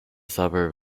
suburb